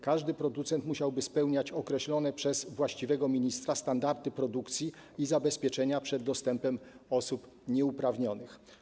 Każdy producent musiałby spełniać określone przez właściwego ministra standardy produkcji i zabezpieczenia przed dostępem osób nieuprawnionych.